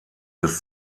des